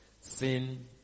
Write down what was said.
Sin